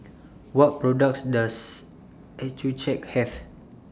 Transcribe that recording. What products Does Accucheck Have